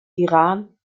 iran